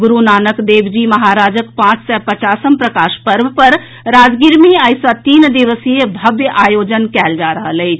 गुरू नानक देव जी महाराजक पांच सय पचासम प्रकाश पर्व पर राजगीर मे आई सँ तीन दिवसीय भव्य आयोजन कयल जा रहल अछि